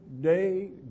day